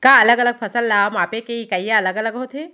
का अलग अलग फसल ला मापे के इकाइयां अलग अलग होथे?